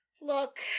Look